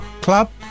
Club